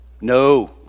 No